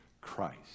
Christ